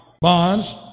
bonds